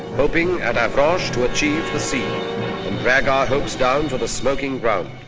hoping at avranches to achieve the sea and drag our hopes down to the smoking ground.